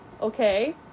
okay